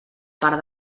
part